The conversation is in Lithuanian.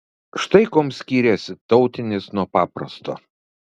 štai kuom skiriasi tautinis nuo paprasto